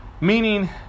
Meaning